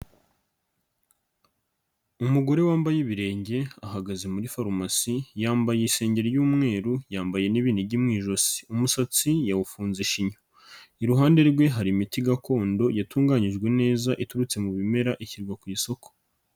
Umugore wambaye ibirenge ahagaze muri farumasi, yambaye isengeri ry'umweru yambaye nibinigi mu ijosi, umusatsi yawufunze shinyo, iruhande rwe hari imiti gakondo yatunganyijwe neza iturutse mu bimera ishyirwa ku isoko.